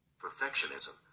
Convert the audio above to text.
Perfectionism